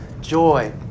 joy